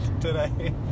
today